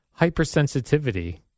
Hypersensitivity